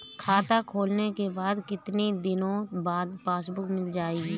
खाता खोलने के कितनी दिनो बाद पासबुक मिल जाएगी?